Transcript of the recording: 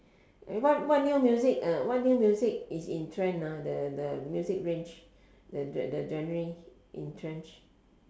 eh what what new music uh what new music is in trend ah the the music range the the genre in trend